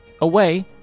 Away